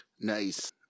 Nice